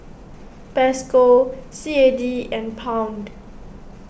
Peso C A D and Pound